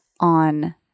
on